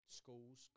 schools